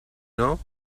know